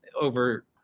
over